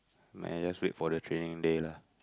man just wait for the training day lah